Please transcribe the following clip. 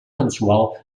mensual